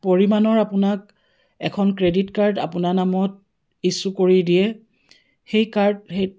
পৰিমাণৰ আপোনাক এখন ক্ৰেডিট কাৰ্ড আপোনাৰ নামত ইছ্যু কৰি দিয়ে সেই কাৰ্ড সেই